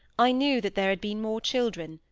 i knew that there had been more children,